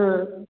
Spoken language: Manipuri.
ꯑꯥ